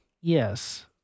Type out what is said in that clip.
Yes